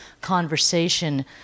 conversation